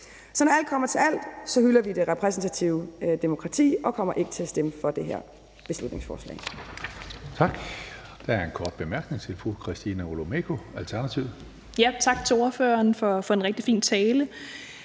Så når alt kommer til alt, hylder vi det repræsentative demokrati og kommer ikke til at stemme for det her beslutningsforslag.